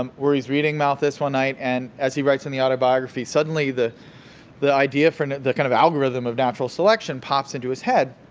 um where he's reading malthus one night and, as he writes in the autobiography, suddenly the the idea for and the kind of algorithm of natural selection pops into his head.